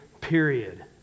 period